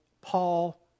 Paul